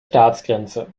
staatsgrenze